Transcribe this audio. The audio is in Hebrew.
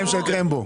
כנפים של קרמבו.